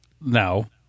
No